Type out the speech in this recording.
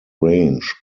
range